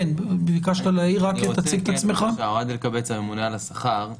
אגף הממונה על השכר.